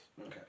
Okay